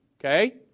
Okay